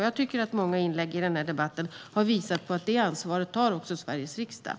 Jag tycker att många inlägg i debatten har visat att Sveriges riksdag tar det ansvaret.